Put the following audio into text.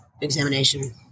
examination